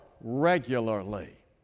regularly